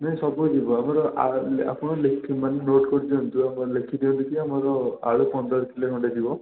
ନାଇଁ ସବୁ ଯିବ ଆମର ଆପଣ ଲେଖି ମାନେ ନୋଟ୍ କରି ଦିଅନ୍ତୁ ଆପଣ ଲେଖିଦିଅନ୍ତୁ କି ଆମର ଆଳୁ ପନ୍ଦର କିଲୋ ଖଣ୍ଡେ ଯିବ